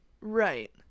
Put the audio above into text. Right